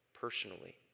personally